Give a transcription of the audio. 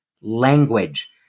language